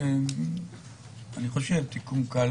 תיקון קל